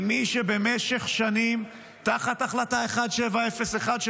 עם מי שבמשך שנים תחת החלטה 1701 של